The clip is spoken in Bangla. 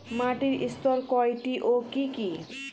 মাটির স্তর কয়টি ও কি কি?